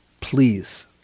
Please